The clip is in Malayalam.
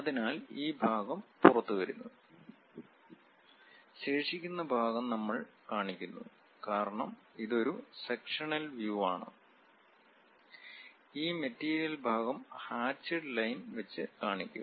അതിനാൽ ഈ ഭാഗം പുറത്തുവരുന്നു ശേഷിക്കുന്ന ഭാഗം നമ്മൾ കാണിക്കുന്നു കാരണം ഇത് ഒരു സെക്ഷനൽ വ്യൂ യാണ് ഈ മെറ്റീരിയൽ ഭാഗം ഹാചിട് ലൈൻ വെച്ച് കാണിക്കും